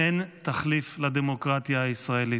אין תחליף לדמוקרטיה הישראלית.